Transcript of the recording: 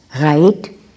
right